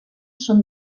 són